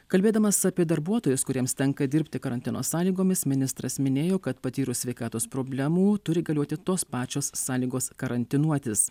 kalbėdamas apie darbuotojus kuriems tenka dirbti karantino sąlygomis ministras minėjo kad patyrus sveikatos problemų turi galioti tos pačios sąlygos karantinuotis